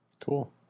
Cool